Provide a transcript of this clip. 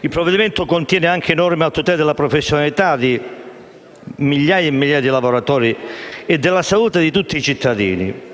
Il provvedimento contiene anche norme a tutela della professionalità di migliaia e migliaia di lavoratori e della salute di tutti i cittadini.